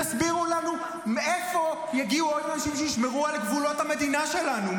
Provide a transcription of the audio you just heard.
תסבירו לנו מאיפה יגיעו עוד אנשים שישמרו על גבולות המדינה שלנו?